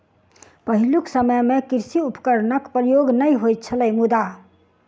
पहिलुक समय मे कृषि उपकरणक प्रयोग नै होइत छलै मुदा